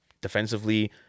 defensively